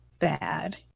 bad